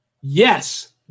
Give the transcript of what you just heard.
Yes